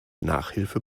nachhilfe